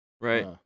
right